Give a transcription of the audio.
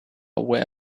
aware